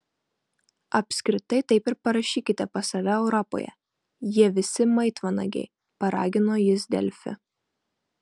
apskritai taip ir parašykite pas save europoje jie visi maitvanagiai paragino jis delfi